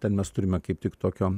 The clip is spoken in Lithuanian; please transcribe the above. ten mes turime kaip tik tokio